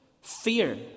fear